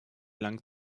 lang